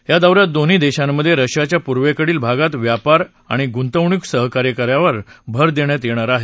या दौ यात दोन्ही देशांमधे रशियाच्या पूवेकडील भागात व्यापार आणि गुंतवणूकीत सहकार्यावर भर देण्यात येणार आहे